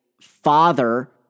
father